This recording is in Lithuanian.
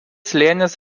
slėnis